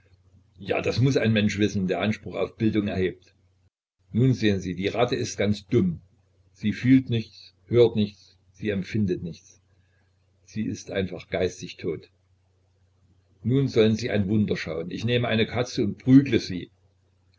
ja das muß ein mensch wissen der anspruch auf bildung erhebt nun sehen sie die ratte ist ganz dumm sie fühlt nichts hört nichts sie empfindet nichts sie ist einfach geistig tot nun sollen sie ein wunder schauen ich nehme eine katze und prügle sie